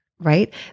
right